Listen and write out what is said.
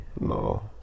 No